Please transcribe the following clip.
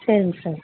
சரிங்க சார்